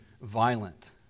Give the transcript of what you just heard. violent